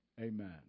Amen